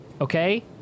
Okay